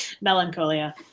Melancholia